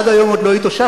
עד היום עוד לא התאוששתי.